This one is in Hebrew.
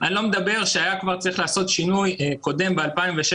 אני לא מדבר על כך שהיה צריך לעשות שינוי קודם ב-2016,